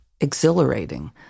exhilarating